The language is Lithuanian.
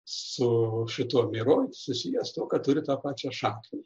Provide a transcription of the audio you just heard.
su šituo miro susijęs tuo kad turi tą pačią šaknį